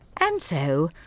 and so,